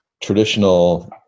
traditional